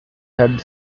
had